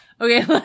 Okay